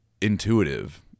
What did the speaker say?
intuitive